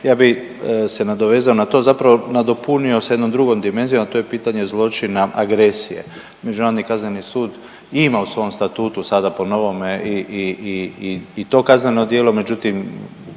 Ja bih se nadovezao na to, zapravo nadopunio sa jednom drugom dimenzijom, a to je pitanje zločina agresije. Međunarodni kazneni sud ima u svom statutu sada po novome i to kazneno djelo, međutim